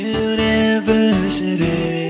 university